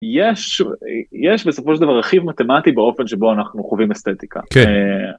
‫יש בסופו של דבר רכיב מתמטי ‫באופן שבו אנחנו חווים אסתטיקה. כן